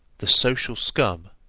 the social scum,